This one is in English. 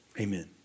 Amen